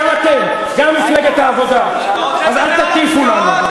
גם אתם, גם מפלגת העבודה, אז אל תטיפו לנו.